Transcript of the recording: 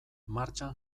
martxan